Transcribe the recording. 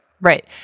right